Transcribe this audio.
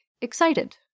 excited